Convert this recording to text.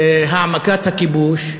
העמקת הכיבוש,